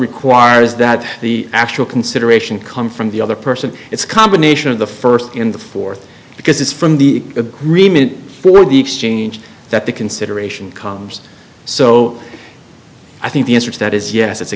requires that the actual consideration come from the other person it's combination of the first in the fourth because it's from the agreement where the exchange that the consideration comes so i think the answer to that is yes it's a